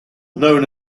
known